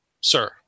sir